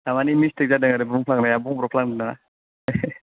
थारमानि मिस्टेक जादों आरो बुंफ्लांनाया बुंब्रफ्लांदों